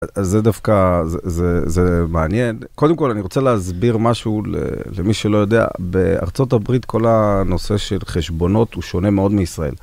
זה דווקא, זה מעניין, קודם כל אני רוצה להסביר משהו למי שלא יודע, בארצות הברית כל הנושא של חשבונות הוא שונה מאוד מישראל.